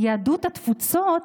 יהדות התפוצות,